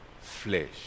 flesh